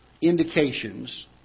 indications